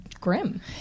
grim